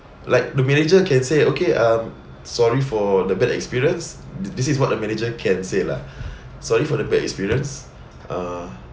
like the manager can say okay um sorry for the bad experience th~ this is what the manager can say lah sorry for the bad experience uh